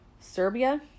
Serbia